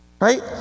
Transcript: right